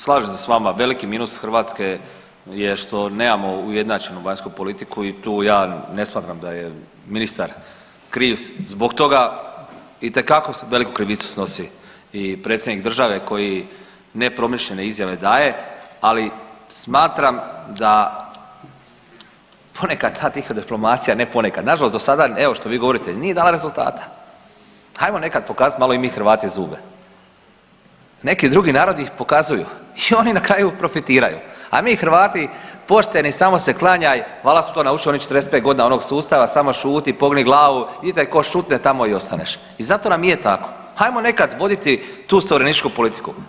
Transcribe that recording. Slažem se s vama, veliki minus Hrvatske je što nemamo ujednačenu vanjsku politiku i tu ja ne smatram da je ministar kriv zbog toga, itekako veliku krivicu snosi i predsjednik države koji nepromišljene izjave daje, ali smatram da ponekad ta tiha diplomacija, ne ponekad, nažalost dosada evo što vi govorite nije dala rezultata, ajmo nekad pokazat malo i mi Hrvati zube, neki drugi narodi ih pokazuju i oni na kraju profitiraju, a mi Hrvati pošteni, samo se klanjaj, valjda smo to naučili u onih 45.g. onog sustava samo šuti, pogni glavu i gdje te ko šutne tamo i ostaneš i zato nam i je tako, hajmo nekad voditi tu suverenističku politiku.